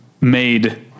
made